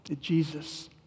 Jesus